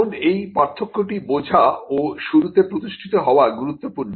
এখন এই পার্থক্যটি বোঝা ও শুরুতে প্রতিষ্ঠিত হওয়া গুরুত্বপূর্ণ